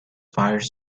fire